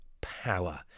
power